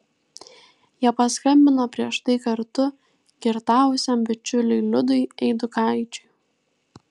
jie paskambino prieš tai kartu girtavusiam bičiuliui liudui eidukaičiui